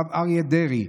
הרב אריה דרעי,